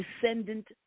descendant